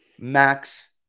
Max